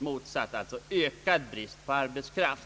motsatt effekt — ökad brist på arbetskraft — genom att ta dit personal från andra håll.